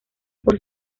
por